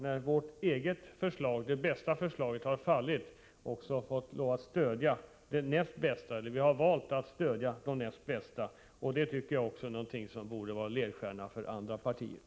När vårt förslag — det bästa förslaget — bortfallit har vi från vänsterpartiet kommunisternas sida alltid stött det näst bästa förslaget. Det tycker jag borde vara en ledstjärna även för de andra partierna.